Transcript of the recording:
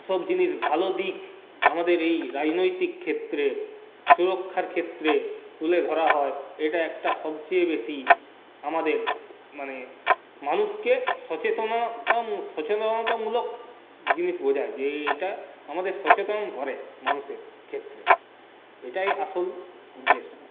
সব জিনিস ভালো দিক আমাদের এই রাজনৈতিক ক্ষেত্রে সুরক্ষার ক্ষেত্রে তুলে ধরা হয় এটা একটা সবচেয়ে বেশি আমাদের মানে মানুষকে সচেতনতামূলক জিনিস বোঝায় যে এটা আমাদের সচেতন করে মানুষের ক্ষেত্রে এটাই আসল উদ্দেশ্য